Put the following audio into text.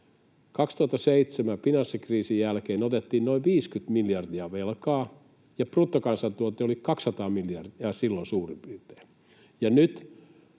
2007 finanssikriisin jälkeen otettiin noin 50 miljardia velkaa, ja bruttokansantuote oli silloin suurin piirtein